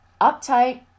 uptight